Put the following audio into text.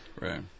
Right